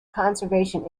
conservation